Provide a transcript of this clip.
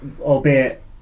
albeit